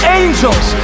angels